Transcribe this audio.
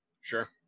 Sure